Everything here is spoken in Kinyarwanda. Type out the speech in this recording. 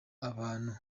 abantu